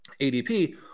ADP